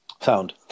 Sound